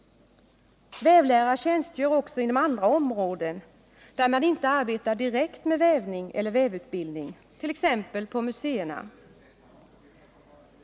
Vävlärare tjänstgör också inom andra områden där man inte arbetar direkt med vävning eller vävutbildning, t.ex. på museerna.